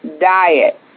diet